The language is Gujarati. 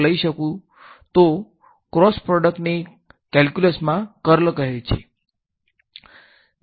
બીજું છે તે વિરુધ્ધ કહે છે